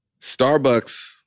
Starbucks